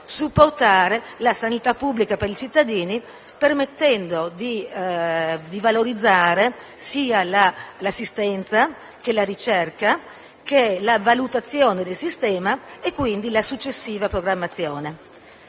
supportando la sanità pubblica per i cittadini e permettendo di valorizzare l'assistenza, la ricerca, la valutazione del sistema e, quindi, la successiva programmazione.